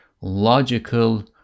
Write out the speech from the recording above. logical